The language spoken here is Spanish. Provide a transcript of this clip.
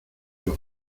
los